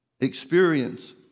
experience